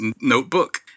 Notebook